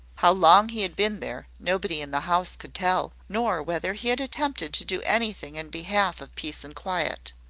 how long he had been there, nobody in the house could tell nor whether he had attempted to do anything in behalf of peace and quiet.